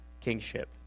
kingship